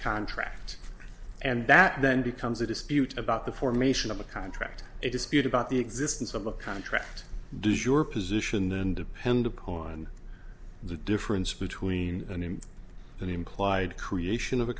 contract and that then becomes a dispute about the formation of a contract a dispute about the existence of a contract does your position then depend on the difference between an in an implied creation of